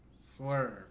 swerve